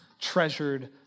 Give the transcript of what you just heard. treasured